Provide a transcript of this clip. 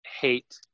hate